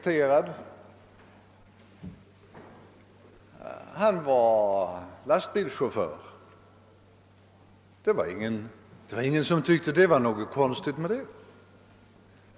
Mannen var lastbilschaufför, och det var ingen som tyckte att det var någonting konstigt med det.